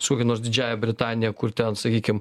su kokia nors didžiąja britanija kur ten sakykim